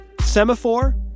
Semaphore